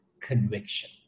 conviction